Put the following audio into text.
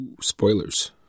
Spoilers